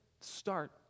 start